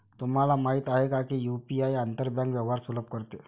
तुम्हाला माहित आहे का की यु.पी.आई आंतर बँक व्यवहार सुलभ करते?